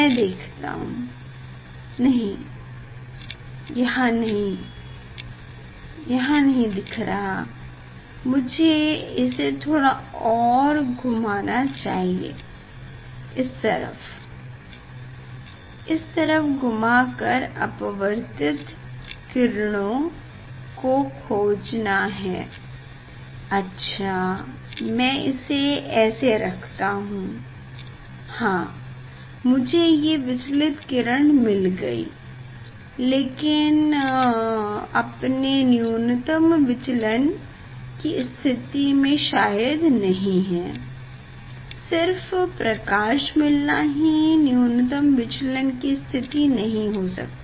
मैं देखता हूँ नहीं यहाँ नहीं दिख रहा मुझे इसे थोड़ा और घूमना होगा इस तरफ इस तरफ घुमा कर अपवर्तित किरणों को खोजना है अच्छा में इसे ऐसे रखता हूँ हाँ मुझे ये विचलित किरण मिल गयी लेकिन ये अपने न्यूनतम विचलन कि स्थिति में शायद नहीं है सिर्फ प्रकाश मिलना ही न्यूनतम विचलन कि स्थिति नहीं हो सकता